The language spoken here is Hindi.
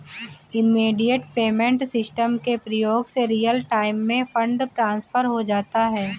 इमीडिएट पेमेंट सिस्टम के प्रयोग से रियल टाइम में फंड ट्रांसफर हो जाता है